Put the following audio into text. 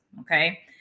okay